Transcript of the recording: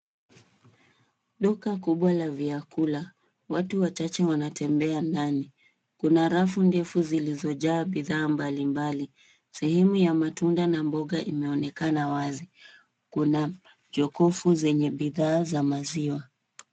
Duka kubwa la vyakula. Watu wachache wanatembea ndani. Kuna rafu ndefu zilizojaa bidha mbalimbali. Sehemu ya matunda na mboga inaonekana wazi. Kuna jokofu zenye bidhaa za maziwa.